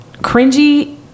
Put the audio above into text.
cringy